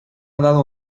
dado